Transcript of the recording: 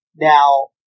now